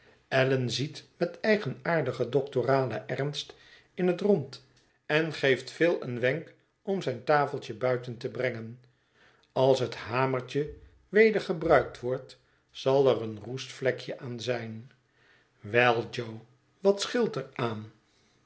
allan ziet met eigenaardigen doctoralen ernst in het rond en geeft phil een wenk om zijn tafeltje buiten te brengen als het hamertje weder gebruikt wordt zal er een roestvlekje aan zijn wel jo wat scheelt er aan